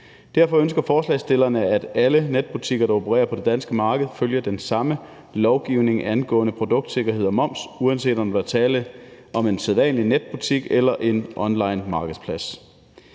Derfor ønsker forslagsstillerne, at alle netbutikker, der opererer på det danske marked, følger den samme lovgivning angående produktsikkerhed og moms, uanset om der er tale om en sædvanlig netbutik eller en online markedsplads.